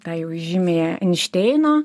tą jau žymiąją einšteino